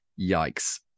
yikes